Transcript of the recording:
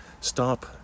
Stop